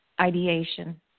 ideation